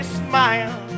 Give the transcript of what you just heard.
smile